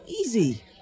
Easy